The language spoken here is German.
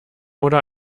oder